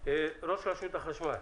ראש רשות החשמל,